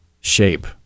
shape